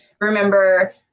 remember